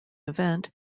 event